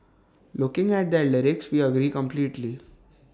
looking at their lyrics we agree completely